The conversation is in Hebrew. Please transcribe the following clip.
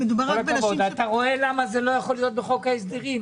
אתה רואה למה זה לא יכול להיות בחוק ההסדרים?